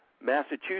Massachusetts